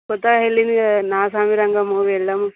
కొత్తగా వెళ్ళింది కదా నా సామిరంగ మూవీ వెళ్దాం